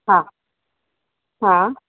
हा हा